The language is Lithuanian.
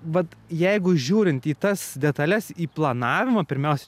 vat jeigu žiūrint į tas detales į planavimą pirmiausia